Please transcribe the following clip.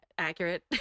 accurate